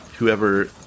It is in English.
Whoever